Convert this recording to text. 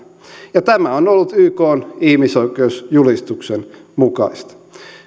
ja tämä on ollut ykn ihmisoikeusjulistuksen mukaista